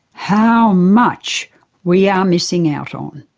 how much we are missing out on.